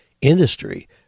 industry